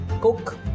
cook